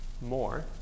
more